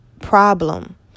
problem